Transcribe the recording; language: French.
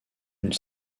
une